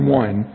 one